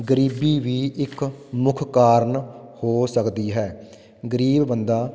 ਗਰੀਬੀ ਵੀ ਇੱਕ ਮੁੱਖ ਕਾਰਨ ਹੋ ਸਕਦੀ ਹੈ ਗਰੀਬ ਬੰਦਾ